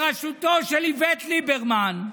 בראשותו של איווט ליברמן,